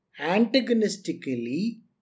antagonistically